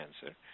cancer